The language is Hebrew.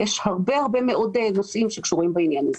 יש הרבה מאוד נושאים שקשורים בעניין הזה.